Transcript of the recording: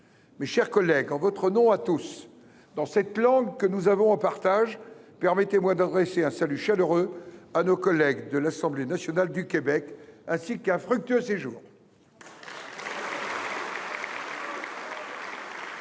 Mes chers collègues, en votre nom à tous, dans cette langue que nous avons en partage, permettez moi d’adresser un salut chaleureux à nos collègues de l’Assemblée nationale du Québec et de leur souhaiter un fructueux séjour